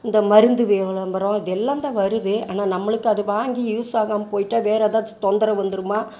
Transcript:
இந்த மருந்து விளம்பரம் இது எல்லாம்தான் வருது ஆனால் நம்மளுக்கு அது வாங்கி யூஸ் ஆகாமல் போயிட்டால் வேறு ஏதாச்சும் தொந்தரவு வந்துருமா